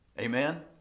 Amen